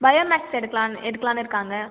bio maths எடுக்கலாம்னு எடுக்கலாம்னு இருக்காங்கள்